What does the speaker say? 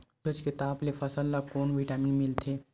सूरज के ताप ले फसल ल कोन ले विटामिन मिल थे?